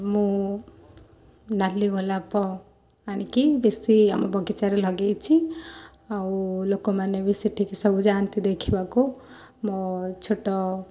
ମୁଁ ନାଲି ଗୋଲାପ ଆଣିକି ବେଶୀ ଆମ ବଗିଚାରେ ଲଗାଇଛି ଆଉ ଲୋକମାନେବି ସେଠିକି ସବୁ ଯାଆନ୍ତି ଦେଖିବାକୁ ମୋ ଛୋଟ